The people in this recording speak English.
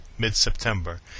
mid-September